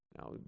Now